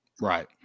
Right